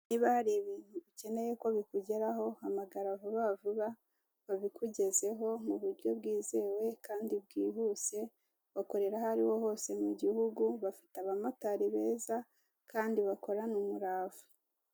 Niba hari ibintu ukenye ko bikugeraho hamagara vuba vuba babikugezeho mu buryo bwizewe kandi bwihuse, bakorera aho ariho hose mu gihugu bafite abamotari beza kandi bakorana umurava.